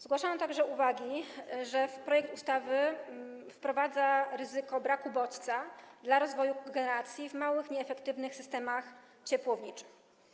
Zgłaszano także uwagi, że projekt ustawy wprowadza ryzyko braku bodźca dla rozwoju kogeneracji w małych, nieefektywnych systemach ciepłowniczych.